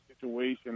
situation